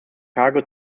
cargo